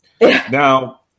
Now